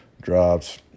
Drops